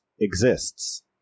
exists